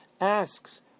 asks